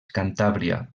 cantàbria